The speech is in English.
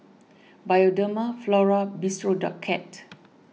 Bioderma Flora Bistro Cat